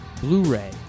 Blu-ray